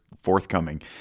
forthcoming